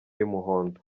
y’umuhondo